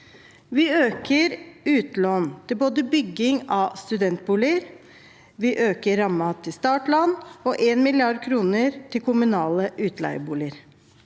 Vi øker utlån til bygging av studentboliger, vi øker rammen til startlån og 1 mrd. kr til kommunale utleieboliger.